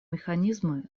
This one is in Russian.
механизмы